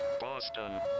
Boston